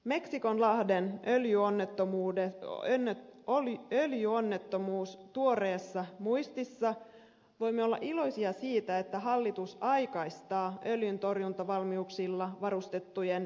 meksikonlahden öljyonnettomuuden ollessa tuoreessa muistissa voimme olla iloisia siitä että hallitus aikaistaa öljyntorjuntavalmiuksilla varustettujen yhteysalusten hankintaa